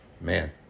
man